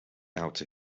out